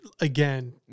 again